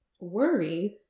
worry